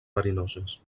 verinoses